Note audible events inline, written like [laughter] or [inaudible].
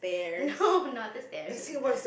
no not the stares [laughs]